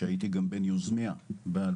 שהייתי גם בין יוזמיה ב-2020.